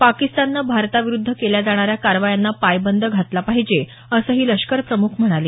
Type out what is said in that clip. पाकिस्ताननं भारताविरुद्ध केल्या जाणाऱ्या कारवायांना पायबंद घातला पाहिजे असंही लष्कर प्रमुख म्हणाले